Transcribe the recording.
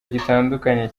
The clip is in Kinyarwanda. gitandukanye